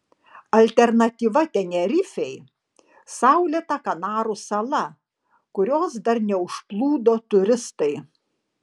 alternatyva tenerifei saulėta kanarų sala kurios dar neužplūdo turistai